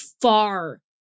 far